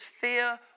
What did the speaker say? fear